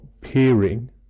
peering